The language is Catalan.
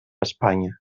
espanya